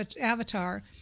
avatar